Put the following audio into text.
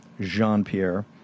Jean-Pierre